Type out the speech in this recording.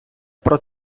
про